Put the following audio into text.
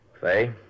Faye